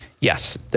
Yes